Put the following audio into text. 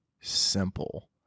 simple